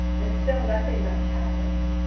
and still, nothing much happened.